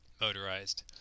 motorized